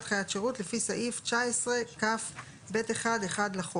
חיית שירות לפי סעיף 19כ(ב1)(1) לחוק.